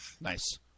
Nice